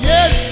Yes